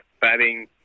batting